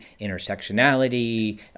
intersectionality